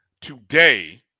today